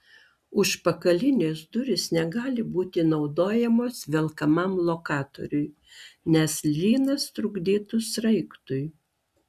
užpakalinės durys negali būti naudojamos velkamam lokatoriui nes lynas trukdytų sraigtui